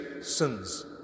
sins